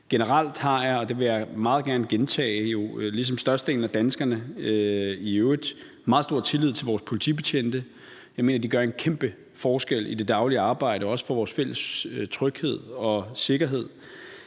Generelt har jeg, og det vil jeg meget gerne gentage, ligesom i øvrigt størstedelen af danskerne, meget stor tillid til vores politibetjente. Jeg mener, at de gør en kæmpe forskel i det daglige arbejde, også for vores fælles tryghed og sikkerhed.